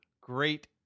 great